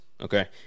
okay